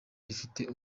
rifite